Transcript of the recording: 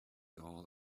all